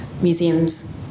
museums